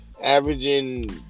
averaging